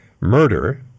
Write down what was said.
murder